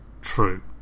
true